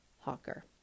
Hawker